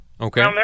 Okay